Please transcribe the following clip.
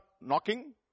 knocking